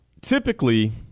typically